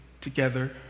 together